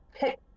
pick